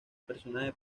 personaje